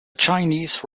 chinese